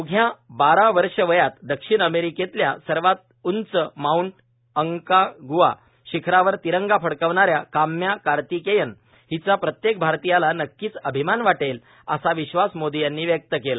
अवघ्या बारा वर्ष वयात दक्षिण अमेरिकेतल्या सर्वात उंच माउंट अंकाग्आ शिखरावर तिरंगा फडकावणाऱ्या काम्या कार्तिकेयन हिचा प्रत्येक भारतीयाला नक्कीच अभिमान वाटेल असा विश्वास मोदी यांनी व्यक्त केला